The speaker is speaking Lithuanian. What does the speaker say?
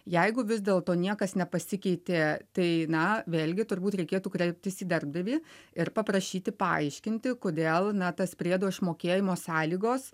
jeigu vis dėlto niekas nepasikeitė tai na vėlgi turbūt reikėtų kreiptis į darbdavį ir paprašyti paaiškinti kodėl na tas priedo išmokėjimo sąlygos